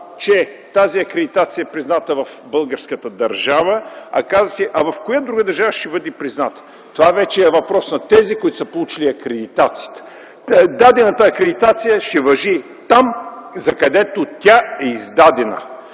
че тази акредитация е призната в българската държава, а казвате – а в коя друга държава ще бъде призната? Това вече е въпрос на тези, които са получили акредитацията. Дадената акредитация ще важи там, за където тя е издадена.